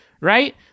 right